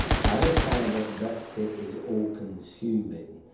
i understand that brexit is all-consuming,